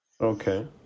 Okay